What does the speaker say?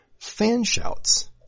Fanshout's